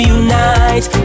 unite